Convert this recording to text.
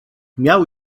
miał